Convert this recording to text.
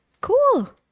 cool